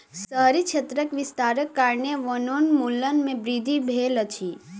शहरी क्षेत्रक विस्तारक कारणेँ वनोन्मूलन में वृद्धि भेल अछि